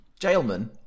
Jailman